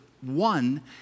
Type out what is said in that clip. one